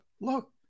look